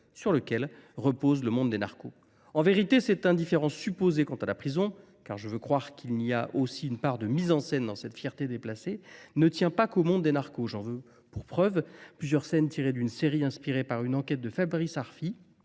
sur lequel repose le monde des narcos. En vérité, cette indifférence supposée à l’égard de la détention – car je veux croire qu’il y a aussi une part de mise en scène dans cette fierté déplacée – n’est pas le fait du seul monde des narcos. J’en veux pour preuve plusieurs scènes d’une série inspirée par une enquête de Fabrice Arfi,,